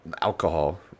alcohol